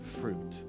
fruit